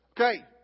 Okay